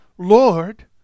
Lord